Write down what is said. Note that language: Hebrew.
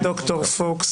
חברת הכנסת קארין אלהרר,